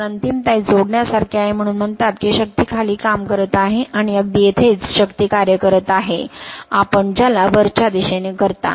तर अंतिमता हे जोडण्यासारखे आहे म्हणून म्हणतात की शक्ती खाली काम करत आहे आणि अगदी येथेच शक्ती कार्य करत आहे आपण ज्याला वरच्या दिशेने करता